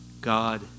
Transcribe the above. God